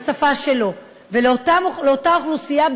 לאותה אוכלוסייה,